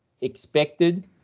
expected